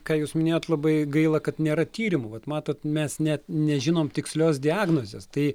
ką jūs minėjot labai gaila kad nėra tyrimų vat matot mes net nežinom tikslios diagnozės tai